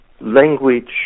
language